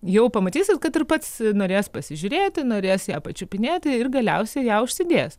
jau pamatysit kad ir pats norės pasižiūrėti norės ją pačiupinėti ir galiausiai ją užsidės